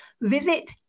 Visit